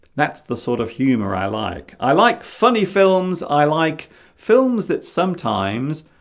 that's the sort of humor i like i like funny films i like films that sometimes